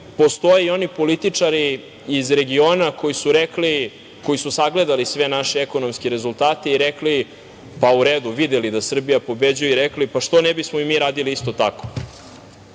postoje i oni političari iz regiona koji su sagledali i sve naše ekonomske rezultate i rekli, videli da Srbija pobeđuje, pa rekli – pa što ne bismo i mi radili isto tako.